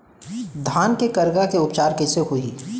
धान के करगा के उपचार कइसे होही?